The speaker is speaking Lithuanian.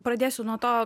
pradėsiu nuo to